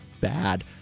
bad